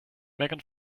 megan